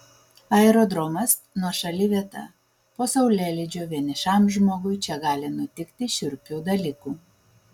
aerodromas nuošali vieta po saulėlydžio vienišam žmogui čia gali nutikti šiurpių dalykų